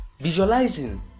visualizing